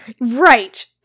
Right